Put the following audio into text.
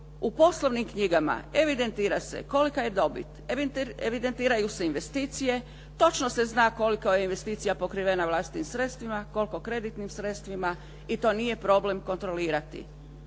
u poslovnim knjigama evidentira se kolika je dobit, evidentiraju se investicije, točno se zna koliko je investicija pokriveno vlastitim sredstvima, koliko kreditnim sredstvima i to nije problem kontrolirati.